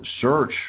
search